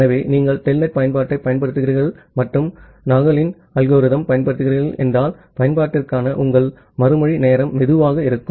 ஆகவே நீங்கள் டெல்நெட் பயன்பாட்டைப் பயன்படுத்துகிறீர்கள் மற்றும் நாக்லின் அல்கோரிதம் பயன்படுத்துகிறீர்கள் என்றால் பயன்பாட்டிற்கான உங்கள் மறுமொழி நேரம் மெதுவாக இருக்கும்